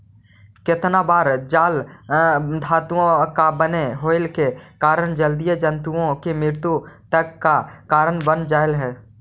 केतना बार जाल धातुओं का बने होवे के कारण जलीय जन्तुओं की मृत्यु तक का कारण बन जा हई